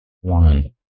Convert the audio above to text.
one